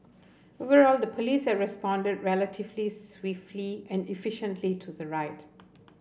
overall the police has responded relatively swiftly and efficiently to the riot